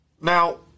Now